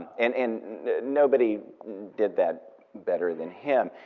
and and nobody did that better than him.